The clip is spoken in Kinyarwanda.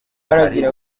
hari